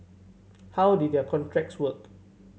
how did their contracts work